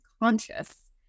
conscious